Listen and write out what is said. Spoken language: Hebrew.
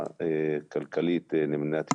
הכלכלית למדינת ישראל.